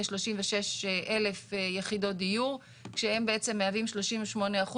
36,000 יחידות דיור שהן בעצם מהוות 38%